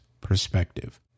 perspective